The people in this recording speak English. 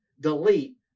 delete